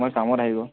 তোমাৰ কামত আহিব